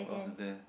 cause it's there